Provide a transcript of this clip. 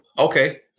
Okay